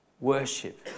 Worship